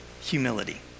Humility